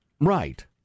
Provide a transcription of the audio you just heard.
Right